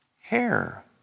hair